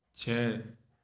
छः